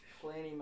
plenty